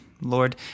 Lord